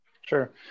Sure